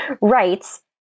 writes